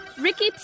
Ricky